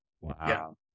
Wow